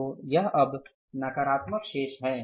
तो यह अब नकारात्मक शेष है